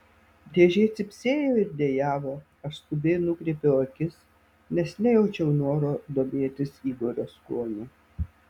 dėžė cypsėjo ir dejavo aš skubiai nukreipiau akis nes nejaučiau noro domėtis igorio skoniu